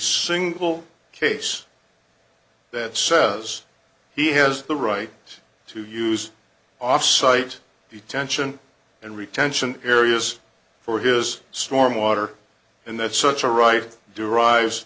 single case that says he has the right to use offsite detention and retention areas for his stormwater and that such a right derives